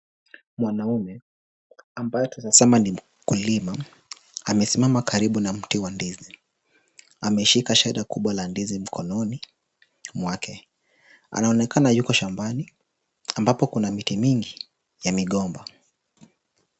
Mwanaume ambaye tunaweza sema ni mkulima, amesimama karibu na mti wa ndizi. Ameshika shada kubwa la ndizi mkononi mwake. Anaonekana yuko shambani, ambako kuna miti mingi ya migomba.